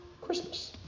Christmas